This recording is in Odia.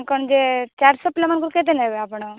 କ'ଣ ଯେ ଚାରିଶହ ପିଲାମାନଙ୍କୁ କେତେ ନେବେ ଆପଣ